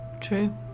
True